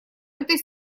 этой